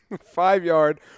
Five-yard